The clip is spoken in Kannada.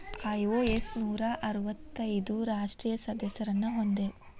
ಐ.ಒ.ಎಸ್ ನೂರಾ ಅರ್ವತ್ತೈದು ರಾಷ್ಟ್ರೇಯ ಸದಸ್ಯರನ್ನ ಹೊಂದೇದ